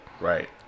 right